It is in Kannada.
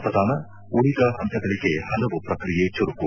ಮತೆದಾನ ಉಳಿದ ಹಂತೆಗಳಿಗೆ ಹಲವು ಪ್ರಕ್ರಿಯೆ ಚುರುಕು